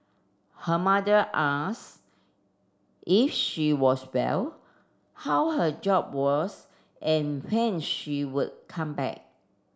her mother ask if she was well how her job was and when she would come back